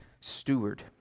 steward